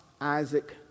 Isaac